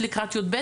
לקראת י"ב,